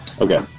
Okay